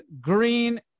green